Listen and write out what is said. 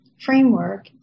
framework